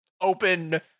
open